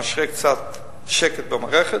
משרה קצת שקט במערכת,